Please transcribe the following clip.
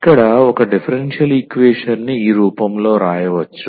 ఇక్కడ ఒక డిఫరెన్షియల్ ఈక్వేషన్ని ఈ రూపంలో వ్రాయవచ్చు